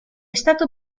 stato